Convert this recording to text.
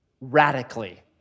Radically